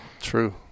True